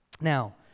Now